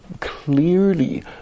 clearly